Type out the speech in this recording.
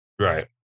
right